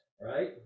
right